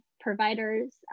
providers